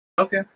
Okay